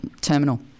terminal